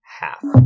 half